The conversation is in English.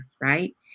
right